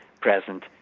present